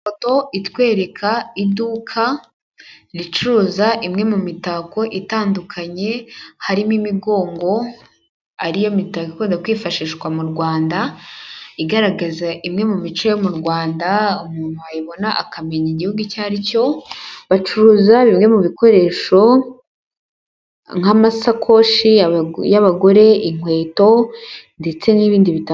Ifoto itwereka iduka ricuruza imwe mu mitako itandukanye, harimo imigongo, ari yo mitako ikunda kwifashishwa mu Rwanda, igaragaza imwe mu mico yo mu Rwanda, umuntu wayibona akamenya igihugu icyo ari cyo, bacuruza bimwe mu bikoresho nk'amasakoshi y'abagore, inkweto ndetse n'ibindi bita...